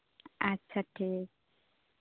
ᱟᱪᱪᱷᱟ ᱴᱷᱤᱠ